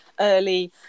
early